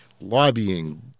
lobbying